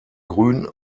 grün